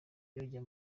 yajya